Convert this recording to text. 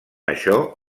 això